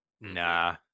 Nah